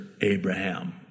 Abraham